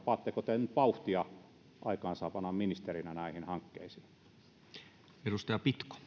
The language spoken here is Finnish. panetteko te aikaansaavana ministerinä nyt vauhtia näihin hankkeisiin arvoisa